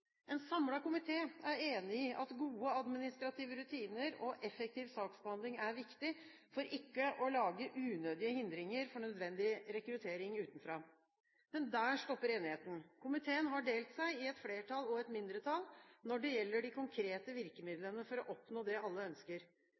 En samlet komité er enig i at gode administrative rutiner og effektiv saksbehandling er viktig for ikke å lage unødige hindringer for nødvendig rekruttering utenfra. Men der stopper enigheten. Komiteen har delt seg i et flertall og et mindretall når det gjelder de konkrete virkemidlene for å oppnå det alle ønsker.